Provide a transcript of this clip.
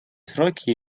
сроки